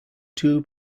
two